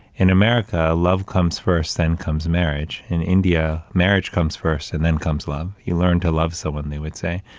in america, love comes first, then comes marriage. in india, marriage comes first and then comes love. you learn to love someone, they would say,